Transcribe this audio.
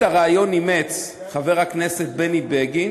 את הרעיון אימץ חבר הכנסת בני בגין,